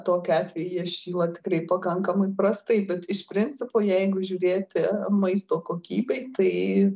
tokiu atveju jie šyla tikrai pakankamai prastai bet iš principo jeigu žiūrėti maisto kokybei tai